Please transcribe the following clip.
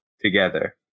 together